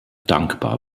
dankbar